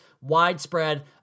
widespread